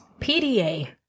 PDA